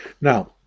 Now